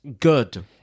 good